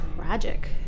tragic